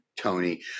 Tony